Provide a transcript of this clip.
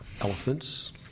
elephants